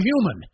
human